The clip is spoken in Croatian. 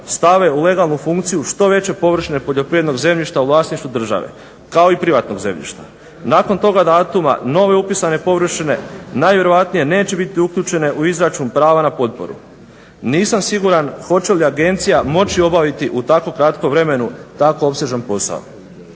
stave u legalnu funkciju što veće površine poljoprivrednog zemljišta u vlasništvu države, kao i privatnog zemljišta. Nakon toga datuma nove upisane površine najvjerojatnije neće biti uključene u izračun prava na potporu. Nisam siguran hoće li agencija moći obaviti u tako kratkom vremenu tako opsežan posao.